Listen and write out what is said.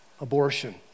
abortion